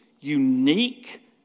unique